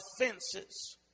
offenses